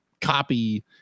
copy